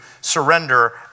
surrender